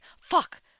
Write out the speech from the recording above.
fuck